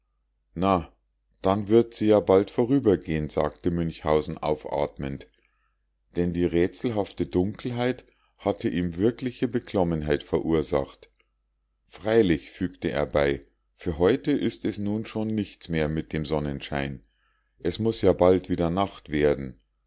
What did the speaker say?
na dann wird sie ja bald vorübergehen sagte münchhausen aufatmend denn die rätselhafte dunkelheit hatte ihm wirkliche beklommenheit verursacht freilich fügte er bei für heute ist es nun schon nichts mehr mit dem sonnenschein es muß ja bald wieder nacht werden